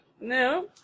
No